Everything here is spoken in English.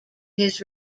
his